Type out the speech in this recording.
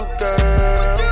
girl